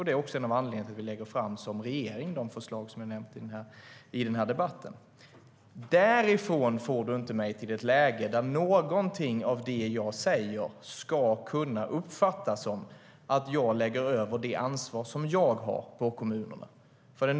Den är också en av anledningarna till att vi som regering lägger fram de förslag som jag har nämnt i debatten. Därifrån får du mig inte till ett läge där någonting av det som jag säger ska kunna uppfattas som att jag lägger över det ansvar som jag har på kommunerna.